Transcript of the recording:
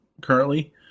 currently